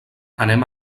anem